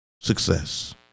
success